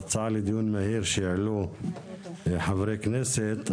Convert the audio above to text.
הצעה לדיון מהיר שהעלו חברי כנסת,